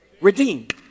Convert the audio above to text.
Redeemed